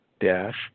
dash